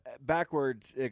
Backwards